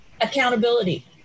accountability